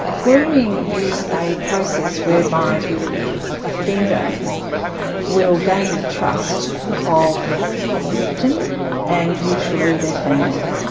grooming is a process whereby the offender will gain the trust of the victim and usually their family.